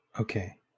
okay